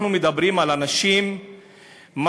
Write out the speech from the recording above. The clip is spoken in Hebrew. אנחנו מדברים על אנשים משכילים,